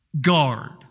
guard